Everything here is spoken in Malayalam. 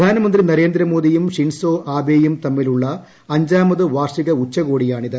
പ്രധാനമന്ത്രി നരേന്ദ്രമോദിയും ഷിൻസോ ആബെയും തമ്മിലുള്ള അഞ്ചാമത് വാർഷിക ഉച്ചകോടിയാണിത്